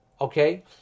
okay